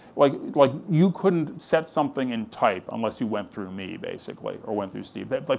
like like you couldn't set something in type unless you went through me, basically, or went through steve. like,